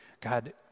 God